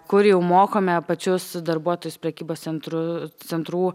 kur jau mokome pačius darbuotojus prekybos centrų centrų